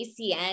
ACN